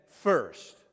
first